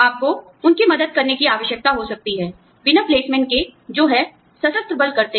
आपको उनकी मदद करने की आवश्यकता हो सकती है बिना प्लेसमेंट के जो है सशस्त्र बल करते हैं